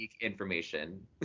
information